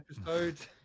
episode